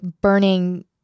burning